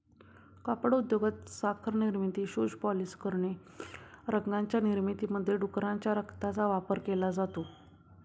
कापड उद्योगात, साखर निर्मिती, शूज पॉलिश करणे, रंगांच्या निर्मितीमध्ये डुकराच्या रक्ताचा वापर केला जातो